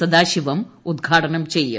സദാശിവം ഉദ്ഘാടനം ചെയ്യും